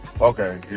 Okay